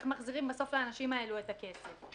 איך מחזירים בסוף לאנשים האלה את הכסף.